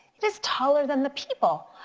it is taller than the people.